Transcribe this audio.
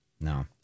no